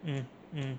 mm mm